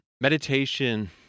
meditation